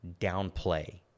downplay